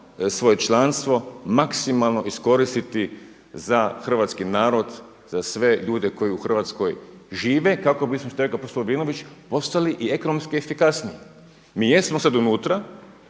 svoje članstvo maksimalno iskoristiti za hrvatski narod za sve ljude koji u Hrvatskoj žive, kako bismo kao što je rekao profesor Lovrinović postali i ekonomski efikasniji. Mi jesmo sada unutra